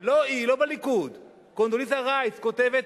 לא, היא לא בליכוד, קונדוליסה רייס כותבת: